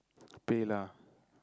PayLah